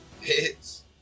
hits